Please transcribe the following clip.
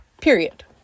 period